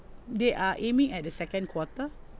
they are aiming at the second quarter